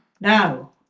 Now